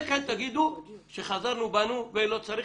אלא אם כן תגידו שחזרנו בנו ולא צריך,